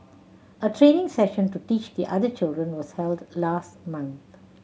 a training session to teach the other children was held last month